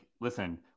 listen